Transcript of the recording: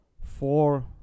four